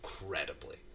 incredibly